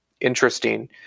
interesting